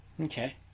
Okay